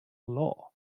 law